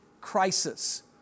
crisis